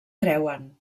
creuen